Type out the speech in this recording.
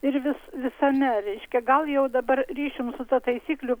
ir vis visame reiškia gal jau dabar ryšium su ta taisyklių